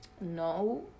no